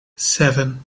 seven